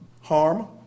harm